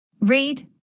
read